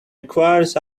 requires